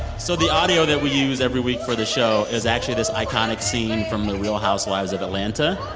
so the audio that we use every week for the show is actually this iconic scene from the real housewives of atlanta.